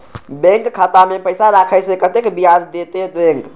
Bank खाता में पैसा राखे से कतेक ब्याज देते बैंक?